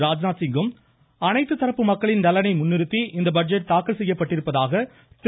ராஜ்நாத்சிங்கும் அனைத்து தரப்பு மக்களின் நலனை முன்னிறுத்தி இந்த பட்ஜெட் தாக்கல் செய்யப்பட்டிருப்பதாக திரு